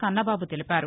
కన్నబాబు తెలిపారు